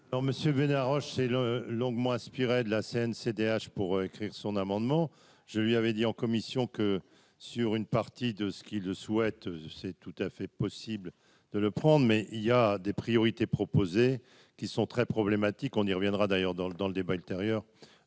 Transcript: Monsieur Bénard Roche c'est le longuement de la CDH pour écrire son amendement, je lui avais dit en commission que sur une partie de ceux qui le souhaitent, c'est tout à fait possible de le prendre, mais il y a des priorités proposées qui sont très problématique, on y reviendra d'ailleurs dans le dans le débat ultérieur,